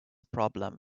problem